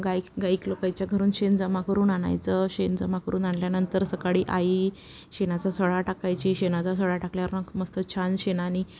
गाईक गाईक लोकांच्या घरून शेण जमा करून आणायचं शेण जमा करून आणल्यानंतर सकाळी आई शेणाचा सडा टाकायची शेणाचा सडा टाकल्यावर मग मस्त छान शेणानी